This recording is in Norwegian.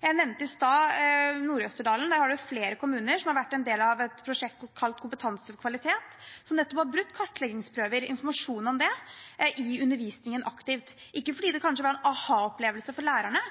Jeg nevnte Nord-Østerdal i stad. Der er det flere kommuner som har vært en del av et prosjekt kalt Kompetanse for kvalitet, som har brukt nettopp kartleggingsprøver og informasjon fra dem aktivt i undervisningen – ikke fordi det var en aha-opplevelse for lærerne,